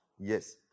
Yes